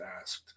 asked